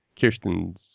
Kirsten's